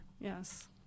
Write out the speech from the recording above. Yes